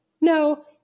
No